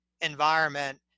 environment